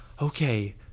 okay